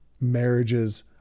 marriages